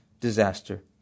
disaster